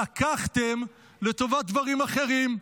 לקחתם לטובת דברים אחרים.